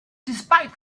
despite